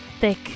thick